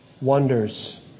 wonders